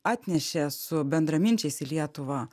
atnešė su bendraminčiais į lietuvą